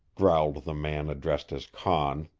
growled the man addressed as conn.